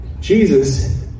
Jesus